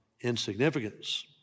insignificance